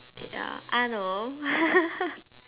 ya I don't know